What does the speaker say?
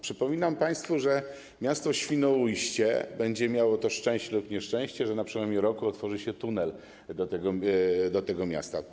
Przypominam państwu, że miasto Świnoujście będzie miało to szczęście lub nieszczęście, że na przełomie roku otworzy się tunel do tego miasta.